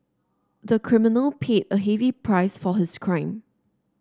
the criminal paid a heavy price for his crime